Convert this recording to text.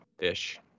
ish